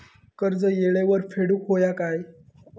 कर्ज येळेवर फेडूक होया काय?